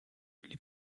les